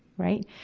right.